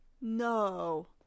No